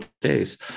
days